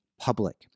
public